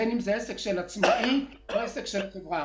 בין אם זה עסק של עצמאי ובין אם זה עסק של חברה.